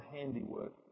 handiwork